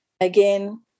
again